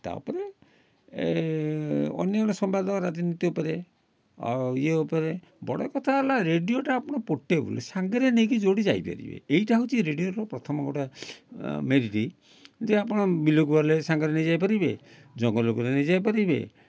ତା'ପରେ ଅନ୍ୟାନ୍ୟ ସମ୍ବାଦ ରାଜନୀତି ଉପରେ ଆଉ ଇଏ ଉପରେ ବଡ଼ କଥା ହେଲା ରେଡ଼ିଓଟା ଆପଣ ପୋର୍ଟେବୁଲ୍ ସାଙ୍ଗରେ ନେଇକି ଯେଉଁଠି ଯାଇ ପାରିବେ ଏଇଟା ହେଉଛି ରେଡ଼ିଓର ପ୍ରଥମ ଗୋଟେ ମେରିଟ୍ ଯେ ଆପଣ ବିଲକୁ ଗଲେ ସାଙ୍ଗରେ ନେଇ ଯାଇପାରିବେ ଜଙ୍ଗଲକୁ ନେଇ ଯାଇପାରିବେ